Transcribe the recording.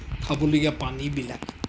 খাবলগীয়া পানীবিলাক